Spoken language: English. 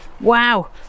wow